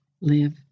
live